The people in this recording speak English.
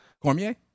Cormier